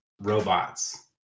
robots